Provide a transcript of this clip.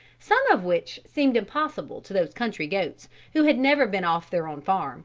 some of which seemed impossible to those country goats who had never been off their own farm